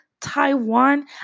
Taiwan